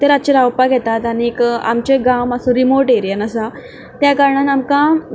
ते रातचे रावपाक येतात आनी आमचो गांव मातसो रिमोट एरियेंत आसा त्या कारणांत आमकां